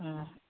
ꯎꯝ